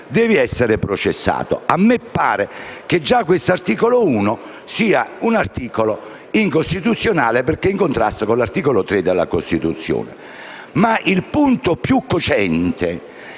devi essere processato. A me pare che già l'articolo 1 sia incostituzionale, perché in contrasto con l'articolo 3 della Costituzione. Ma il punto più cogente